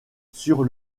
sur